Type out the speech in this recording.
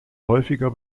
häufiger